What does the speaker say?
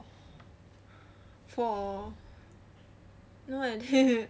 for